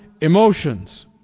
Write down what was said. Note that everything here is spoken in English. emotions